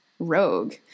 rogue